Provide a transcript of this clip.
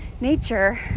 Nature